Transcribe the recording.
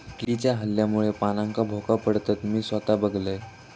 किडीच्या हल्ल्यामुळे पानांका भोका पडतत, मी स्वता बघलंय